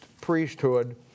priesthood